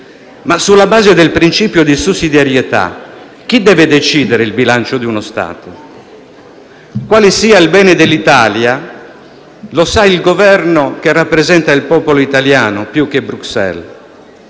Sulla base del principio di sussidiarietà, però, chi deve decidere il bilancio di uno Stato? Quale sia il bene dell'Italia lo sa il Governo che rappresenta il popolo italiano, più che Bruxelles.